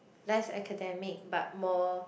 less academic but more